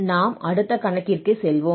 நாம் அடுத்த கணக்கிற்கு செல்வோம்